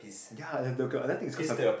ya got another thing is cause of